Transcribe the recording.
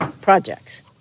projects